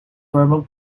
thermal